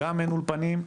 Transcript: גם אין אולפנים,